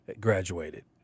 graduated